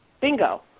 Bingo